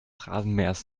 rasenmähers